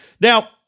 Now